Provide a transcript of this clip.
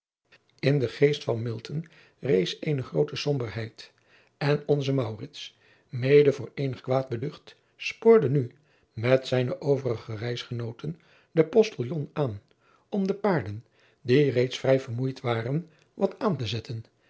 n den geest van rees eene groote somberheid en onze mede voor eenig kwaad beducht spoorde nu met zijne overige reisgenooten den ostiljon aan om de paarden die reeds vrij vermoeid waren wat aan te zetten